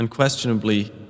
Unquestionably